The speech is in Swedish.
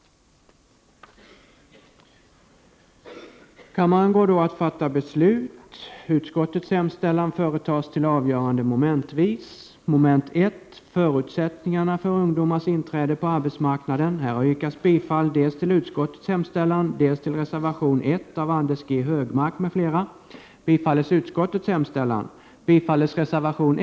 Kammaren övergick till att fatta beslut i ärendet. Mom. I Utskottets hemställan — som ställdes mot reservation 1 av Anders G Högmark m.fl. — bifölls med acklamation.